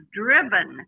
driven